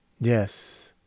Yes